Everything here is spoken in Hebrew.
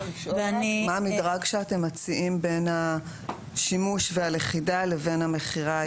מה המדרג שאתם מציעים בין השימוש והלכידה לבין המכירה,